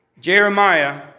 Jeremiah